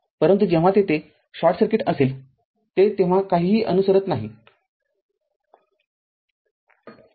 परंतु जेव्हा तेथे शॉर्ट सर्किट असेल तेव्हा ते काहीही अनुसरत नाहीत